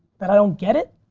that i don't get it?